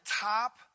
top